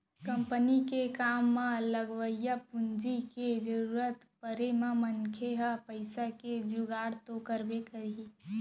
company के काम म लगवइया पूंजी के जरूरत परे म मनसे ह पइसा के जुगाड़ तो करबे करही